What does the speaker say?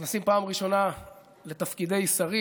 הנכנסים פעם ראשונה לתפקידי שרים.